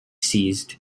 ceased